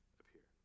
appear